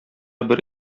бер